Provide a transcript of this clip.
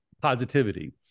Positivity